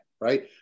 right